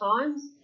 times